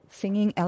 singing